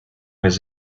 his